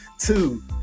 two